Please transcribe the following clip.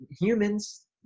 humans